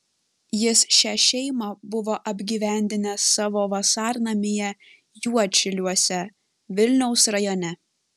jis šią šeimą buvo apgyvendinęs savo vasarnamyje juodšiliuose vilniaus rajone